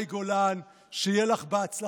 מאי גולן, שיהיה לך בהצלחה.